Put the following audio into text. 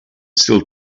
still